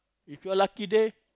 if you're lucky there